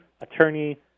attorney